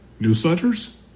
newsletters